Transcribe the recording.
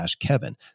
kevin